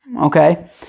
Okay